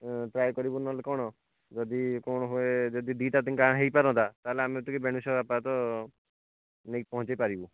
ଏଁ try କରିବୁ ନହେଲେ କ'ଣ ଯଦି କ'ଣ ହୁଏ ଯଦି ଦୁଇଟା ତିନିଟା ହେଇପାରନ୍ତା ତାହେଲେ ଆମେ ଟିକିଏ ନେଇ ପହଁଞ୍ଚେଇ ପାରିବୁ